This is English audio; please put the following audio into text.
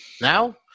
Now